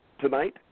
tonight